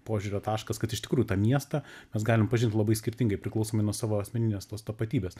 požiūrio taškas kad iš tikrųjų tą miestą mes galime pažint labai skirtingai priklausomai nuo savo asmeninės tapatybės